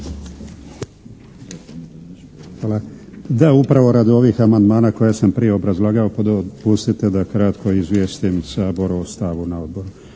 Hvala. Da, upravo radi ovih amandmana koje sam prije obrazlagao pa dopustite da kratko izvijestim Sabor o stavu na odboru.